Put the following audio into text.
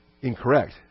incorrect